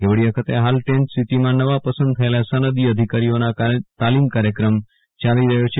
કેવડીયા ખાતે ફાલ ટેન્ટસીટીમાં નવા પસંદ થયેલા સનદી અધિકારીઓના તાલીમ કાર્યક્રમ યાલી રહ્યો છે